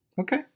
Okay